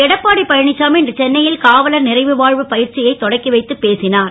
Edappadi Palaniswami இன்று சென்னை ல் காவலர் றைவா வு ப ற்சியை தொடக்கி வைத்துப் பேசினார்